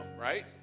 right